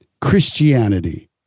Christianity